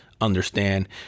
understand